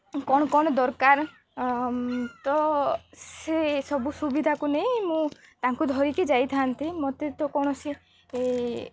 କ'ଣ କ'ଣ ଦରକାର ତ ସେ ସବୁ ସୁବିଧାକୁ ନେଇ ମୁଁ ତାଙ୍କୁ ଧରିକି ଯାଇଥାନ୍ତି ମୋତେ ତ କୌଣସି